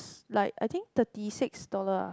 like I think thirty six dollar ah